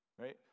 Right